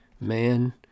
man